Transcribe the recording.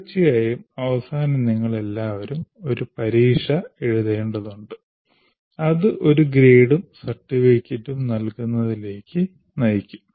തീർച്ചയായും അവസാനം നിങ്ങൾ എല്ലാവരും ഒരു പരീക്ഷ എഴുതേണ്ടതുണ്ട് അത് ഒരു ഗ്രേഡും സർട്ടിഫിക്കറ്റും നൽകുന്നതിലേക്ക് നയിക്കും